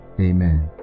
Amen